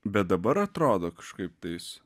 bet dabar atrodo kažkaip tais